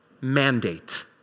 Mandate